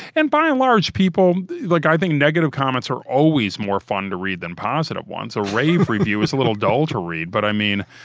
and by and large, like i think negative comments are always more fun to read than positive ones. a rave review is a little dull to read. but i mean,